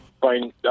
Fine